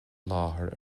láthair